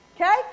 Okay